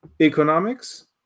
economics